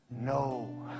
No